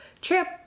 trip